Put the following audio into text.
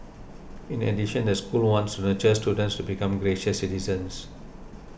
in addition the school wants to just students to become gracious citizens